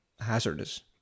hazardous